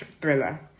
thriller